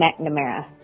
McNamara